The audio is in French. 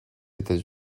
états